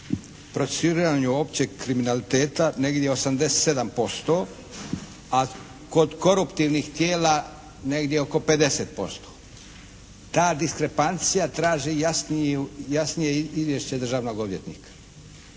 procesuiranju općeg kriminaliteta negdje 87%, a kod koruptivnih tijela negdje oko 50%. Ta diskrepancija traži i jasnije izvješće državnog odvjetnika.